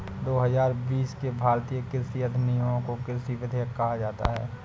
दो हजार बीस के भारतीय कृषि अधिनियमों को कृषि विधेयक कहा जाता है